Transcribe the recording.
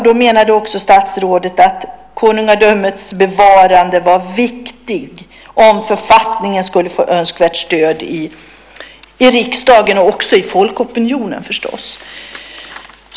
Då menade statsrådet också att kungadömets bevarande var viktigt för att författningen skulle få stöd i riksdagen och i folkopinionen.